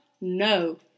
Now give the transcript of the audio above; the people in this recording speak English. no